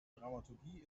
dramaturgie